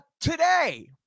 today